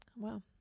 Wow